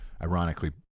ironically